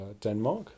Denmark